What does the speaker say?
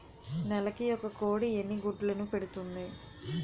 నెలకి ఒక కోడి ఎన్ని గుడ్లను పెడుతుంది?